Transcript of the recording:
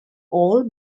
all